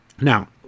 Now